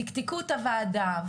תקתקו את הוועדה,